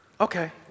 Okay